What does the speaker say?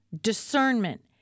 discernment